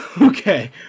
Okay